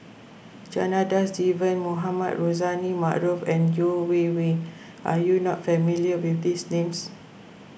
Janadas Devan Mohamed Rozani Maarof and Yeo Wei Wei are you not familiar with these names